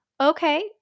Okay